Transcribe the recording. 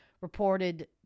reported